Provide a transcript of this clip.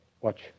Watch